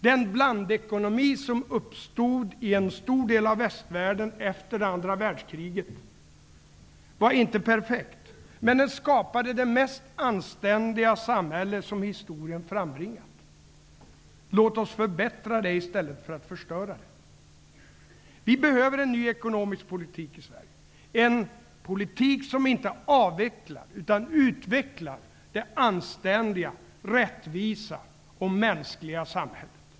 Den ''blandekonomi' som uppstod i en stor del av västvärlden efter andra världskriget var inte perfekt, men den skapade det mest anständiga samhälle som historien frambringat. Låt oss förbättra det i stället för att förstöra det.'' Vi behöver en ny ekonomisk politik i Sverige, en politik som inte avvecklar utan utvecklar det anständiga, rättvisa och mänskliga samhället.